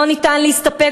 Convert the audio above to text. לא ניתן להסתפק",